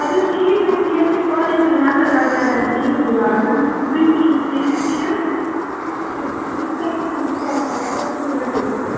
اَدٕ حظ ٹھیٖک حظ چھُ ییٚلہِ تُہۍ پانے تُہۍ نظر وغیرہ دِیِو گِلاسَن تُہۍ وُچھِو کِتھۍ چھِ یُس تۄہہِ قٕسٕم خۄش گَژھو تُہۍ رٔٹِو سُہ